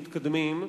מתקדמים,